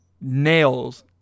nails